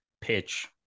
pitch